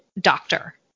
doctor